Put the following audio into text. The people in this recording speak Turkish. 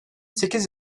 sekiz